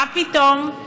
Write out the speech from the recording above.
מה פתאום?